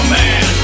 man